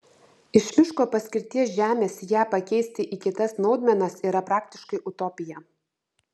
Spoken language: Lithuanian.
iš miško paskirties žemės ją pakeisti į kitas naudmenas yra praktiškai utopija